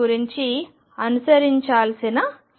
గురించి అనుసరించాల్సిన సంజ్ఞామానం